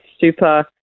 super